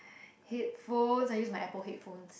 headphones I use my Apple headphones